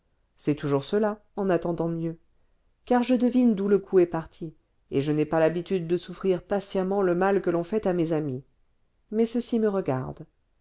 c'est toujours cela en attendant mieux car je devine d'où le coup est parti et je n'ai pas l'habitude de souffrir patiemment le mal que l'on fait à mes amis mais ceci me regarde